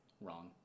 Wrong